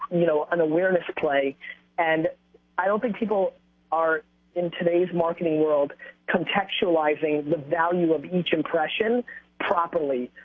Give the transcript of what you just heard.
you know, an awareness play and i don't think people are in today's marketing world contextualizing the value of each impression properly.